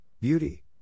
Beauty